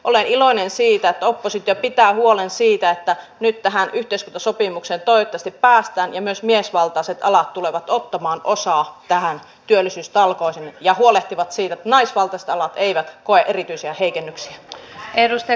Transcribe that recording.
olen iloinen siitä että oppositio pitää huolen siitä että nyt tähän yhteiskuntasopimukseen toivottavasti päästään ja myös miesvaltaiset alat tulevat ottamaan osaa näihin työllisyystalkoisiin ja huolehtivat siitä että naisvaltaiset alat eivät koe erityisiä heikennyksiä